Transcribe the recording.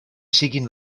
siguin